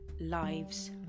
lives